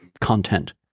content